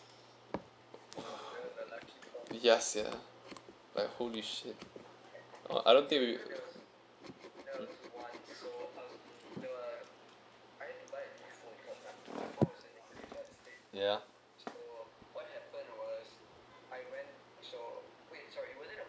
yas ya like holy shit I don't think we yeah